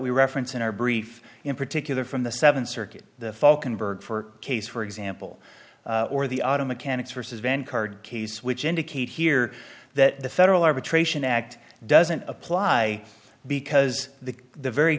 we reference in our brief in particular from the seventh circuit the falcon burke for case for example or the auto mechanics vs vanguard case which indicate here that the federal arbitration act doesn't apply because the the very